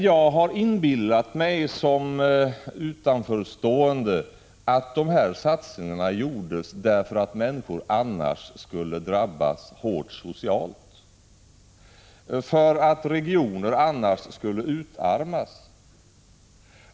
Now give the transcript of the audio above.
Jag har som utanförstående inbillat mig att satsningarna gjordes därför att människorna annars skulle ha drabbats hårt socialt, därför att regioner annars skulle utarmats.